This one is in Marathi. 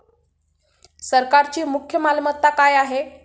सरकारची मुख्य मालमत्ता काय आहे?